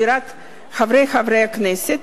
חברי חברי הכנסת,